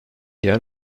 yer